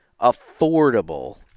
affordable